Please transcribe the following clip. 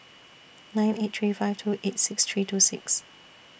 nine eight three five two eight six three two six